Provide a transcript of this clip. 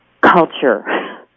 culture